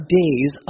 days